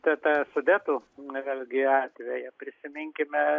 tą tą sudetų na vėlgi atvejį prisiminkime